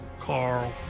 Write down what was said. Carl